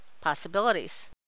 Possibilities